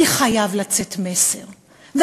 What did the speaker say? כי חייב לצאת מסר,